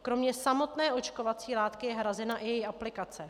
Kromě samotné očkovací látky je hrazena i její aplikace.